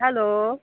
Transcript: hello